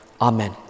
Amen